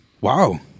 wow